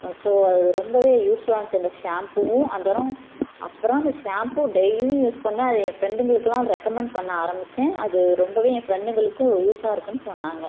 so அது ரொம்பவே யூஸ்ஃபுல்லாக இருந்துச்சு அந்த ஷாம்புவும் அந்தரம் அப்புறம் அந்த ஷாம்பு டெய்லியும் யூஸ் பண்ணேன் அதை என் ஃபிரண்டுங்களுக்கெலாம் ரெக்கமண்ட் பண்ண ஆரம்பித்தேன் அது ரொம்பவே என் ஃபிரண்டுங்களுக்கும் ஒரு யூஸாக இருக்குதுன்னு சொன்னாங்க